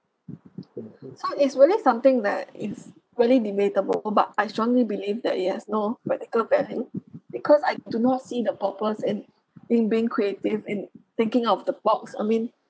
so it's really something that is really debatable but I strongly believe that it has no practical value because I do not see the purpose in in being creative in thinking out of the box I mean